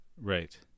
right